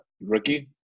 rookie